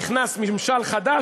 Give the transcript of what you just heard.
נכנס ממשל חדש,